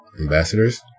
Ambassadors